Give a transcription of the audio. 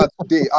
today